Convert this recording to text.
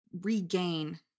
regain